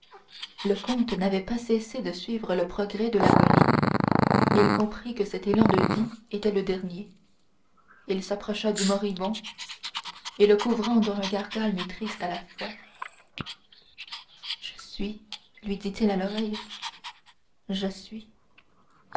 le comte n'avait pas cessé de suivre le progrès de l'agonie il comprit que cet élan de vie était le dernier il s'approcha du moribond et le couvrant d'un regard calme et triste à la fois je suis lui dit-il à l'oreille je suis